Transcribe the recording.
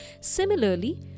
Similarly